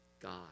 God